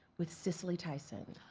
with cicely tyson.